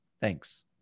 thanks